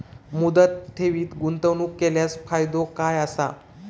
मुदत ठेवीत गुंतवणूक केल्यास फायदो काय आसा?